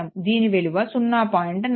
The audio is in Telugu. దీని విలువ 0